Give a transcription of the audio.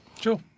Sure